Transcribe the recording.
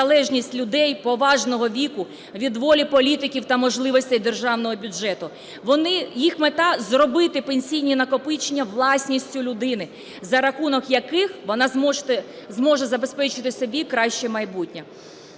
залежність людей поважного віку від волі політиків та можливостей державного бюджету. Їх мета – зробити пенсійні накопичення власністю людини, за рахунок яких вона зможе забезпечити собі краще майбутнє.